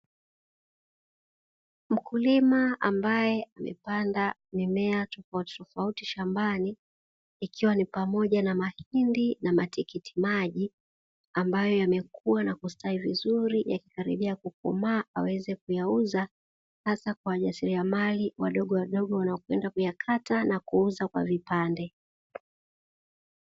Mkulima ambaye amepanda mimea tofauti tofauti shambani ikiwa ni pamoja na mahindi na matikiti maji, ambayo yamekua na kustawi vizuri yakikaribia kukomaa aweze kuyauza hasa kwa wajasiriamali wadogo wadogo wanaopenda kuyakata na kuuza kwa vipande.